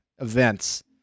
events